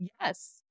Yes